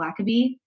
Blackaby